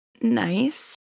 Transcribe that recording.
Nice